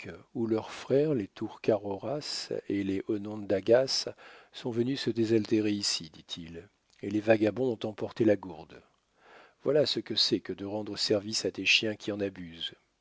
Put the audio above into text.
ou leurs frères les turcaroras et les onondagas sont venus se désaltérer ici dit-il et les vagabonds ont emporté la gourde voilà ce que c'est que de rendre service à des chiens qui en abusent